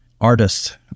Artists